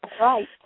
right